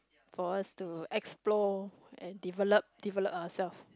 for us to explore and develop develop ourself